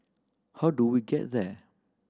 how do we get there